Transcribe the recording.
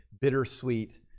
bittersweet